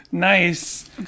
Nice